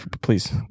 please